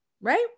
right